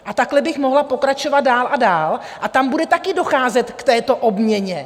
A takhle bych mohla pokračovat dál a dál a tam bude také docházet k této obměně.